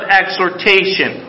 exhortation